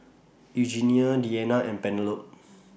Eugenia Deanna and Penelope